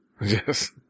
Yes